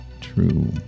True